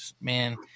Man